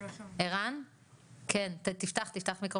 ראשית, אנחנו באמת רוצים לראות את הסכום